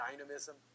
dynamism